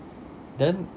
then